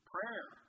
Prayer